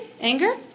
Anger